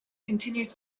continues